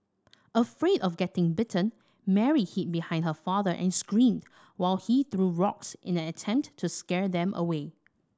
afraid of getting bitten Mary hid behind her father and screamed while he threw rocks in an attempt to scare them away